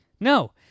No